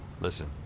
Listen